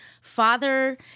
father